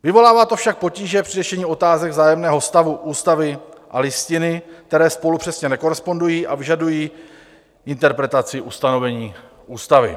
Vyvolává to však potíže při řešení otázek vzájemného vztahu ústavy a Listiny, které spolu přesně nekorespondují a vyžadují interpretaci ustanovení ústavy.